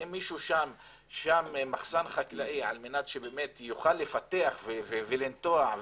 אם מישהו שם מחסן חקלאי על מנת שיוכל לפתח ולטעת,